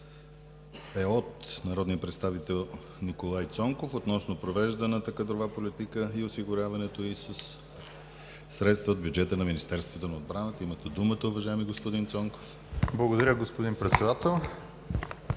е от народния представител Николай Цонков относно провежданата кадрова политика и осигуряването й със средства от бюджета на Министерството на отбраната. Имате думата, уважаеми господин Цонков. НИКОЛАЙ ЦОНКОВ (БСП за